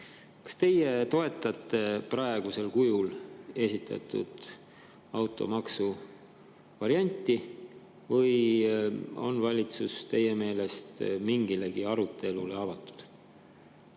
Kas teie toetate praegusel kujul esitatud automaksu varianti? Ja kas valitsus on teie meelest mingilegi arutelule avatud?